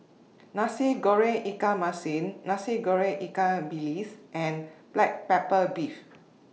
Nasi Goreng Ikan Masin Nasi Goreng Ikan Bilis and Black Pepper Beef